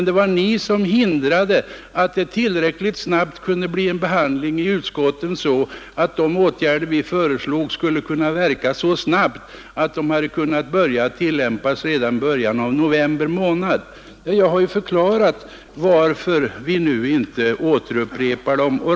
Det var ni som hindrade att det kunde bli en sådan behandling i utskotten att de åtgärder vi föreslog skulle verka så snabbt att de hade kunnat tillämpas redan i början av november månad. Jag har också förklarat varför vi nu inte upprepar dem.